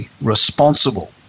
responsible